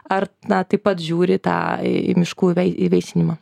ar na taip pat žiūri į tą miškų įvei įveisinimą